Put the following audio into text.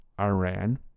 Iran